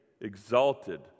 exalted